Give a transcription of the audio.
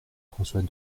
françois